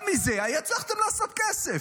גם מזה הצלחתם לעשות כסף.